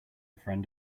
friend